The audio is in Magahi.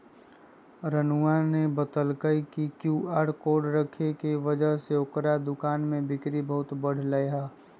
रानूआ ने बतल कई कि क्यू आर कोड रखे के वजह से ओकरा दुकान में बिक्री बहुत बढ़ लय है